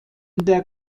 der